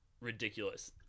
ridiculous